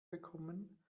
bekommen